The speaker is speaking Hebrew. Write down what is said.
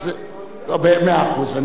מאה אחוז.